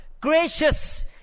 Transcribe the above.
Gracious